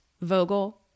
Vogel